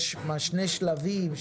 האם יש שני שלבים,